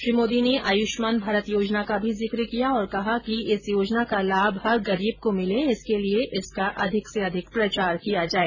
श्री मोदी ने आयुष्मान भारत योजना का भी जिक्र किया और कहा कि इस योजना का लाभ हर गरीब को मिले इसके लिए इसका अधिक से अधिक प्रचार किया जाए